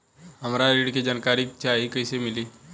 हमरा ऋण के जानकारी चाही कइसे मिली?